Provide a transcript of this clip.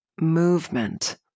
movement